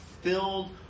filled